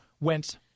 went